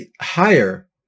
higher